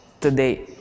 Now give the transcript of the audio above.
today